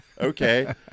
okay